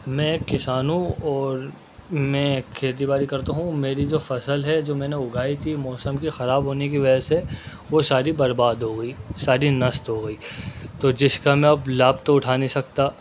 میں ایک کسان ہوں اور میں کھیتی باڑی کرتا ہوں میری جو فصل ہے جو میں نے اگائی تھی موسم کے خراب ہونے کی وجہ سے وہ ساری برباد ہو گئی ساری نسٹ ہو گئی تو جس کا میں اب لابھ تو اٹھا نہیں سکتا